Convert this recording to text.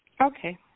Okay